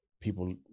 people